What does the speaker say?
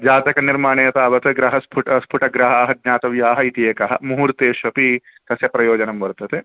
जातकनिर्माणे तावत् ग्रहस्फुटः स्फुटग्रहाः ज्ञातव्याः इति एकः मुहूर्तेष्वपि तस्य प्रयोजनं वर्तते